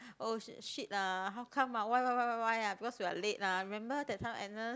oh sh~ shit lah why why why why why ah because we are late lah remember that time Agnes